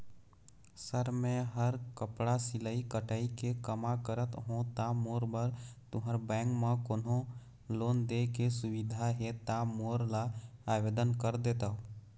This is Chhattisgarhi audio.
सर मेहर कपड़ा सिलाई कटाई के कमा करत हों ता मोर बर तुंहर बैंक म कोन्हों लोन दे के सुविधा हे ता मोर ला आवेदन कर देतव?